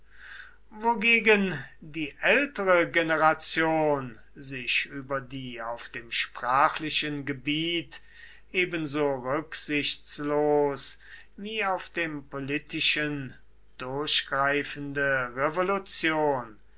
wogegen die ältere generation sich über die auf dem sprachlichen gebiet ebenso rücksichtslos wie auf dem politischen durchgreifende revolution